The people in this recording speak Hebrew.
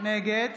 נגד